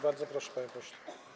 Bardzo proszę, panie pośle.